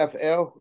FL